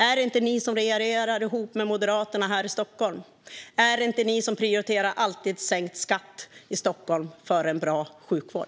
Är det inte ni som regerar ihop med Moderaterna här i Stockholm? Är det inte ni som alltid prioriterar sänkt skatt i Stockholm före en bra sjukvård?